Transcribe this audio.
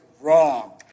wrong